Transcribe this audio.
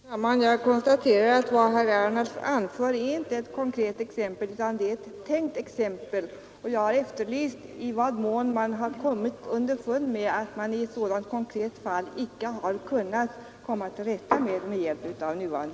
Herr talman! Jag konstaterar att vad herr Ernulf anför inte är ett konkret exempel utan ett tänkt exempel. Jag har efterlyst i vad mån man har kommit underfund med att det i ett konkret fall icke har varit möjligt att komma till rätta med problemen med hjälp av nuvarande